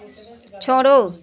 छोड़ो